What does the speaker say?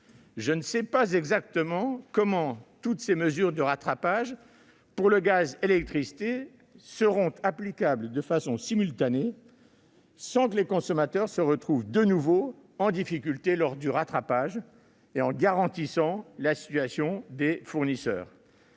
Je ne sais pas exactement comment toutes ces mesures de rattrapage, pour le gaz et l'électricité, seront applicables de façon simultanée, sans que les consommateurs se retrouvent de nouveau en difficulté lors du rattrapage et en garantissant la situation des fournisseurs.